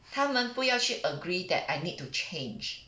他们不要去 agree that I need to change